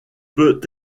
peut